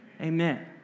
Amen